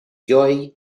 joey